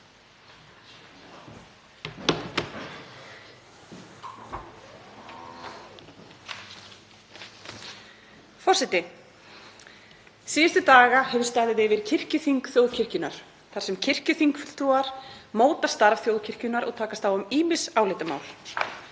Forseti. Síðustu daga hefur staðið yfir kirkjuþing þjóðkirkjunnar þar sem kirkjuþingsfulltrúar móta starf þjóðkirkjunnar og takast á um ýmis álitamál.